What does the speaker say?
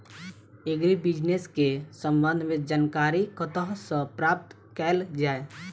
Agri business केँ संबंध मे जानकारी कतह सऽ प्राप्त कैल जाए?